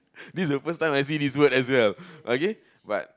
this is the first time I see this word as well okay but